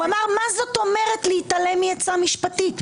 הוא אמר: מה זאת אומרת להתעלם מעצה משפטית?